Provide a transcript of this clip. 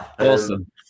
Awesome